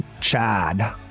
Chad